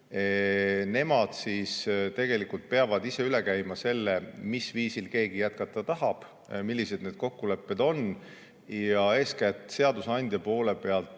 Nemad tegelikult peavad ise üle käima, mis viisil keegi jätkata tahab ja millised need kokkulepped on. Seadusandja poole pealt